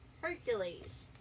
Hercules